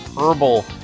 herbal